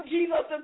Jesus